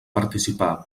participar